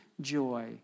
joy